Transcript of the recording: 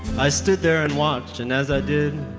i stood there and watched, and as i did,